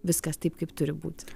viskas taip kaip turi būt